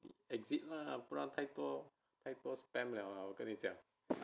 exit lah 不然太多 spam 了我跟你讲